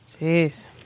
Jeez